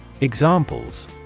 Examples